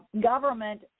government